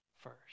first